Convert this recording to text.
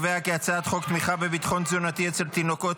הצעת חוק תמיכה בביטחון תזונתי אצל תינוקות,